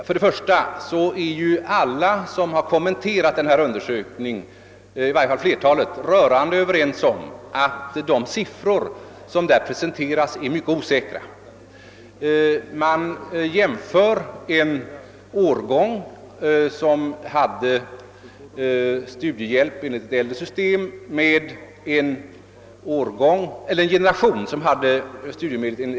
Först och främst är alla de som har kommenterat den gjorda undersökningen — i varje fall flertalet av dem — rörande överens om att de siffror som där presenteras är mycket osäkra. En generation som erhöll studiehjälp enligt ett äldre system jämförs med en enda årgång, som har fått studiemedel.